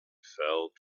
fell